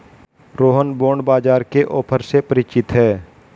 Rohan bond बाजार के offer से परिचित है